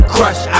Crush